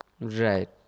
Right